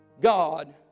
God